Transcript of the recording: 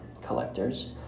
collectors